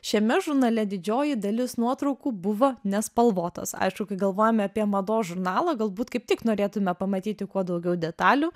šiame žurnale didžioji dalis nuotraukų buvo nespalvotos aišku kai galvojame apie mados žurnalą galbūt kaip tik norėtume pamatyti kuo daugiau detalių